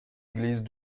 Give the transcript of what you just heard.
église